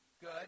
Good